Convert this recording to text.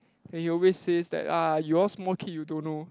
and he always says that ah you all small kid you don't know